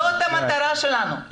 זאת המטרה שלנו.